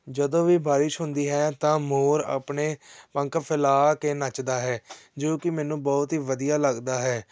ਜਦੋਂ ਵੀ ਬਾਰਿਸ਼ ਹੁੰਦੀ ਹੈ ਤਾਂ ਮੋਰ ਆਪਣੇ ਪੰਖ ਫੈਲਾ ਕੇ ਨੱਚਦਾ ਹੈ ਜੋ ਕਿ ਮੈਨੂੰ ਬਹੁਤ ਹੀ ਵਧੀਆ ਲੱਗਦਾ ਹੈ